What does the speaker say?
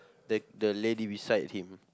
the the lady beside him